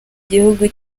igihugu